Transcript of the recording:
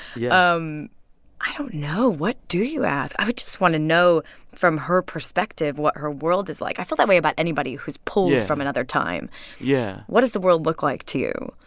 yeah um i don't know. what do you ask? i would just want to know from her perspective what her world is like. i feel that way about anybody who's pulled from another time yeah what does the world look like to you?